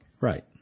Right